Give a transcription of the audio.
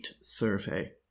survey